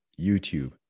YouTube